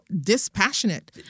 dispassionate